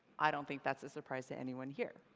i don't think that's a surprise to anyone here.